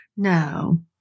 No